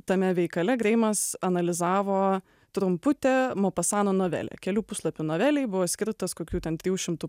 tame veikale greimas analizavo trumputę mopasano novelę kelių puslapių novelei buvo skirtas kokių ten trijų šimtų